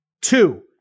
Two